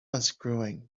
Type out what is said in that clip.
unscrewing